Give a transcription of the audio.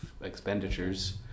expenditures